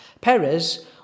Perez